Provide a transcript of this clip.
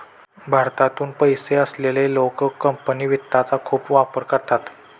भारतातून पैसे असलेले लोक कंपनी वित्तचा खूप वापर करतात